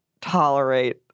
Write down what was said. tolerate